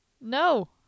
No